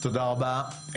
תודה רבה.